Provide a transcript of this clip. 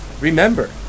Remember